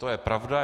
To je pravda.